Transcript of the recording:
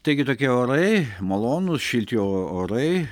taigi tokie orai malonūs šilti orai